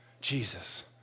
Jesus